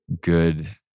good